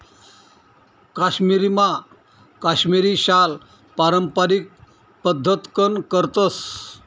काश्मीरमा काश्मिरी शाल पारम्पारिक पद्धतकन करतस